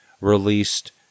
released